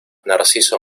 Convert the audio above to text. narciso